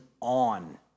on